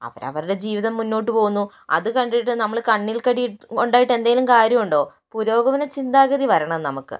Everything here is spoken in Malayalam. അവരവരുടെ ജീവിതം മുന്നോട്ട് പോകുന്നു അത് കണ്ടിട്ട് നമ്മള് കണ്ണിൽ കടി ഉണ്ടായിട്ട് എന്തെങ്കിലും കാര്യം ഉണ്ടോ പുരോഗമന ചിന്താഗതി വരണം നമുക്ക്